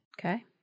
Okay